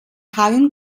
hagen